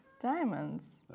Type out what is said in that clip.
Diamonds